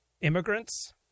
immigrants